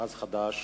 מכרז חדש,